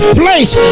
place